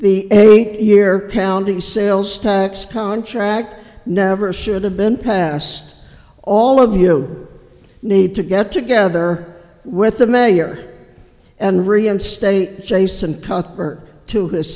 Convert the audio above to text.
the eight year pounding sales tax contract never should have been passed all of you need to get together with the mayor and reinstate jason cutter to this